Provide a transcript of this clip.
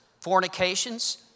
fornications